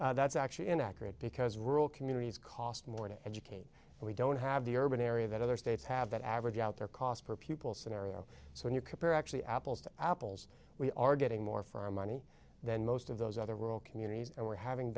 money that's actually inaccurate because rural communities cost more to educate and we don't have the urban area that other states have that average out their cost per pupil scenario so when you compare actually apples to apples we are getting more for our money than most of those other rural communities are having